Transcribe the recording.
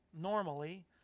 normally